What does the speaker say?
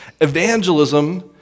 evangelism